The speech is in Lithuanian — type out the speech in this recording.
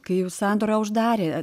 kai jau sandorą uždarė